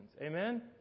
Amen